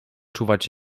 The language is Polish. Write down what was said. czuwać